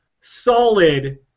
solid